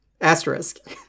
asterisk